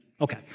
Okay